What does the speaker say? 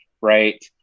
right